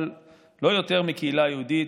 אבל לא יותר מקהילה יהודית,